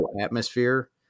atmosphere